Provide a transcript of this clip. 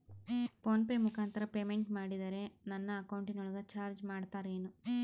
Phone pay ಮುಖಾಂತರ payment ಮಾಡಿದರೆ ನನ್ನ ಅಕೌಂಟಿನೊಳಗ ಚಾರ್ಜ್ ಮಾಡ್ತಿರೇನು?